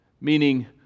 meaning